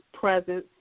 presence